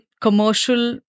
commercial